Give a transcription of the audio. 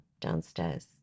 downstairs